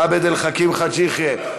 עבד אל חכים חאג' יחיא,